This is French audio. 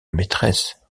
maîtresse